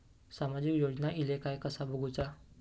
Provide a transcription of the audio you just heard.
सामाजिक योजना इले काय कसा बघुचा?